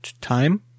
time